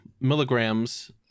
milligrams